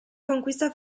conquista